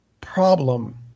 problem